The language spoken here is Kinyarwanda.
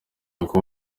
uko